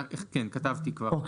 כן, כתבתי כבר.